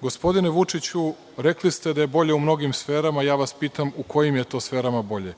„Gospodine Vučiću, rekli ste da je bolje u mnogim sferama, a ja vas pitam u kojim je to sferama bolje?